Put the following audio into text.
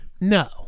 No